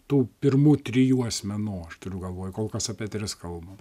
tų pirmų trijų asmenų aš turiu galvoj kol kas apie tris kalbam